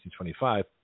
1925